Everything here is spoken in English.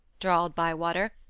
drawled bywater.